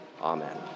Amen